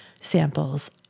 samples